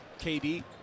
KD